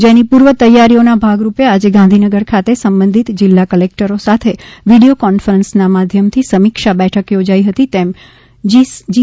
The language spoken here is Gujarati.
જેની પૂર્વ તૈયારીઓના ભાગરૂપે આજે ગાંધીનગર ખાતે સંબંધિત જિલ્લા કલેક્ટરો સાથે વીડિયો કોન્ફરન્સના માધ્યમથી સમીક્ષા બેઠક યોજાઇ હતી તેમ જી